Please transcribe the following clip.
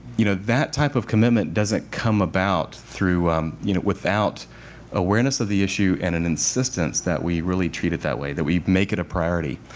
you know that type of commitment doesn't come about you know without awareness of the issue and an insistence that we really treat it that way. that we make it a priority.